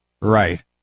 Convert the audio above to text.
Right